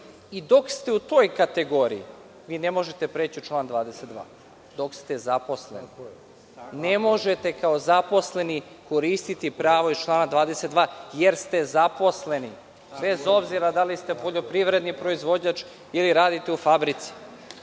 Dok ste u toj kategoriji, vi ne možete preći u član 22, dok ste zaposleni. Ne možete kao zaposleni koristiti pravo iz člana 22. jer ste zaposleni, bez obzira da li ste poljoprivredni proizvođač ili radite u fabrici.